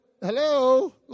hello